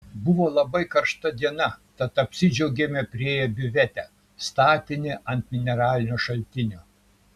buvo labai karšta diena tad apsidžiaugėme priėję biuvetę statinį ant mineralinio šaltinio